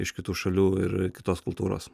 iš kitų šalių ir kitos kultūros